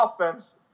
offense